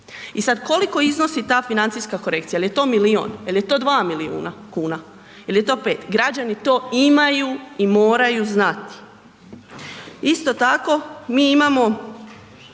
I sad koliko iznosi ta financijska korekcija, je li to milijun, je li to dva milijuna kuna? Je li to 5? Građani to imaju i moraju znati. Isto tako mi imamo